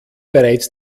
bereits